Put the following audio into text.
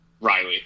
Riley